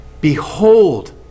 behold